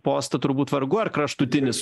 postą turbūt vargu ar kraštutinis